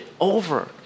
over